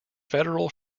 federal